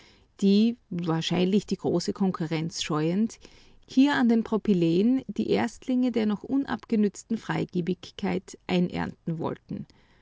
die wahrscheinlich die große konkurrenz scheuend hier an den propyläen die erstlinge der noch unabgenützten freigebigkeit einernten wollten